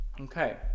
Okay